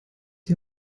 die